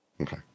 Okay